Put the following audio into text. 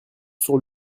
sur